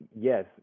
yes